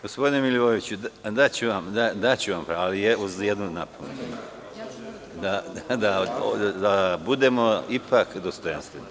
Gospodine Milivojeviću, daću vam reč, uz jednu napomenu, da budemo ipak dostojanstveni.